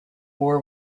war